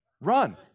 Run